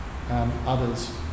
others